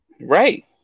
Right